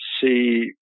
see